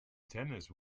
tennis